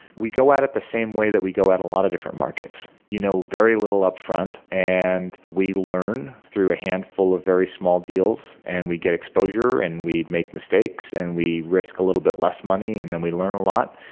we go out at the same way that we go at a lot of different markets. you know very little upfront and we learn through a handful of very small deals and we get exposure and we make mistakes and we risk a little bit less money, and then we learn a lot.